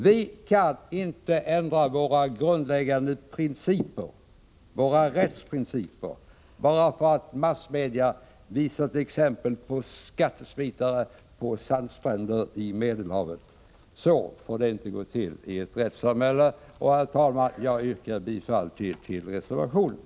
Vi kan inte ändra våra grundläggande rättsprinciper bara för att massmedia visar exempel på skattesmitare på sandstränder vid Medelhavet. Så får det inte gå till i ett rättssamhälle. Herr talman! Jag yrkar bifall till reservationen.